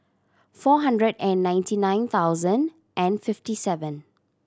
four hundred and ninety nine thousand and fifty seven